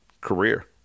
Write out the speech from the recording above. career